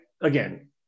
again